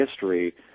history